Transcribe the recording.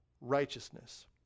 righteousness